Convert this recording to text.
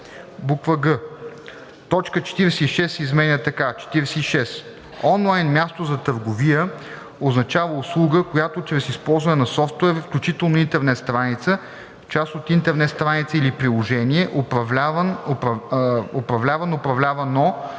г) точка 46 се изменя така: „46. „Онлайн място за търговия“ означава услуга, която чрез използване на софтуер, включително интернет страница, част от интернет страница или приложение, управляван/о от